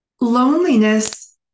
loneliness